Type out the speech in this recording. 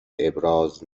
ابراز